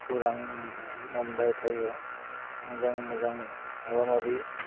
खौरां मोनबाय थायो मोजां मोजां माबा माबि